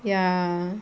ya